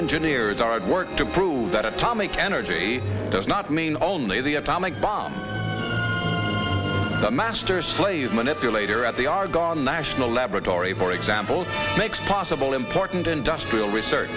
engineers are at work to prove that atomic energy does not mean only the atomic bomb the master slave manipulator at the are gone national laboratory for example makes possible important industrial research